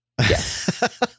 Yes